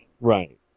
Right